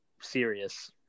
serious